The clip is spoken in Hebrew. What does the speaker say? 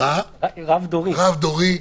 רב דורי.